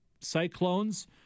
Cyclones